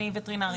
אני וטרינרית.